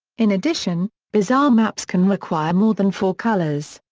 in addition, bizarre maps can require more than four colors.